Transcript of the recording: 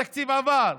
התקציב עבר,